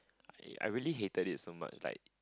I I really hated it so much like